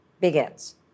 begins